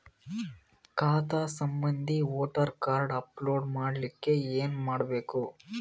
ಖಾತಾ ಸಂಬಂಧಿ voter card upload ಮಾಡಲಿಕ್ಕೆ ಏನ ಮಾಡಬೇಕು?